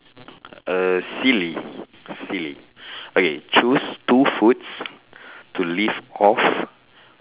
uh silly silly okay choose two foods to live off